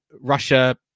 Russia